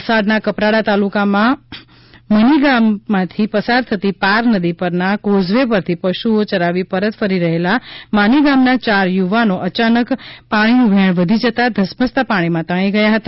વલસાડના કપરાડા તાલુકાના માની ગામમાંથી પસાર થતી પાર નદી પરના કોઝવે પરથી પશુઓ ચરાવી પરત ફરી રહેલા માની ગામના ચાર યુવાનો અચાનક પાણીનું વહેંણ વધી જતાં ધસમસતા પાણીમાં તણાઈ ગયા હતા